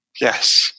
Yes